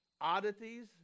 oddities